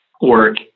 work